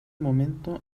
momento